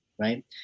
right